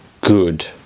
good